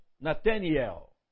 Nathaniel